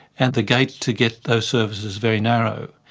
and the gate to get those services is very narrow.